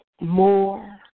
more